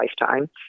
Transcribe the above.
lifetime